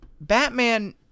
Batman